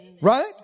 Right